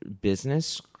business